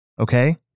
okay